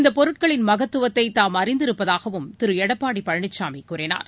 இந்தபொருட்களின் மகத்துவத்தைதாம் அறிந்திருப்பதாகவும் திருஎடப்பாடிபழனிசாமிகூறினார்